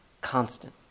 constant